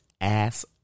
ass